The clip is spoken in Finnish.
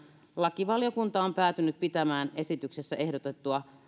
lakivaliokunta on päätynyt pitämään esityksessä ehdotettua